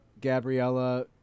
Gabriella